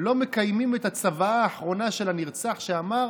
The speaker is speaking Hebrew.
לא מקיימים את הצוואה האחרונה של הנרצח, שאמר: